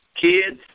kids